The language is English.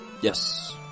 Yes